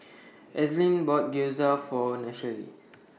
Ainsley bought Gyoza For